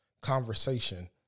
conversation